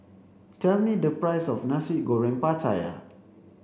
tell me the price of Nasi Goreng Pattaya